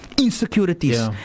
Insecurities